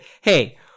hey